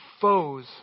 foes